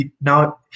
now